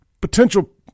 potential